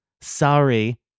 sorry